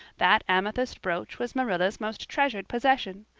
that amethyst brooch was marilla's most treasured possession.